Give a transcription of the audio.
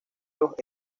los